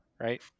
right